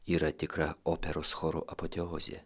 yra tikra operos choro apoteozė